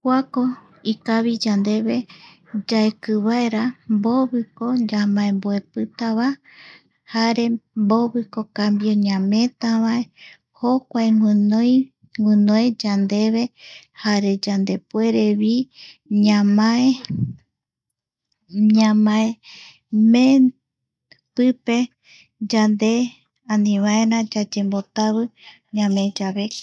Kuako ikavi yandeve yaeki vaera mboviko yamaemboepitava jare mboviko cambio ñameetava jokiae guinoe yandeve jare yandepuere vi ñamae ñamaemee pipe yande anivaera yayembotavi ñameeyave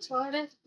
cambio